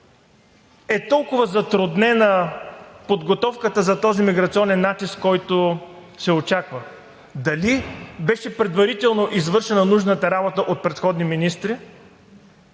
е толкова затруднена подготовката за този миграционен натиск, който се очаква? Дали беше предварително извършена нужната работа от предходни министри,